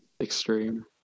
Extreme